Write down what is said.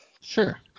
Sure